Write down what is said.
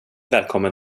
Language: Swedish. välkommen